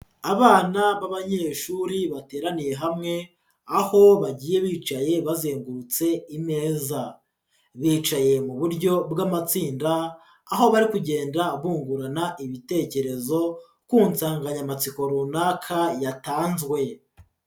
Abana b'abanyeshuri bateraniye hamwe aho bagiye bicaye bazengurutse imeza, bicaye mu buryo bw'amatsinda aho bari kugenda bungurana ibitekerezo ku nsanganyamatsiko runaka yatanzwe.